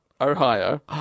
Ohio